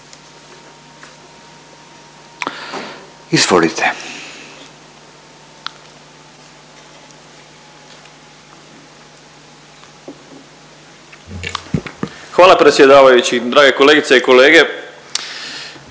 (SDP)** Hvala predsjedavajući, drage kolegice i kolege.